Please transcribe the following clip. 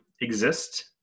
exist